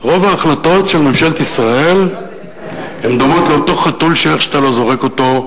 רוב ההחלטות של ממשלת ישראל דומות לאותו חתול שאיך שאתה לא זורק אותו,